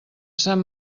sant